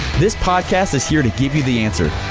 this podcast is here to give you the answer.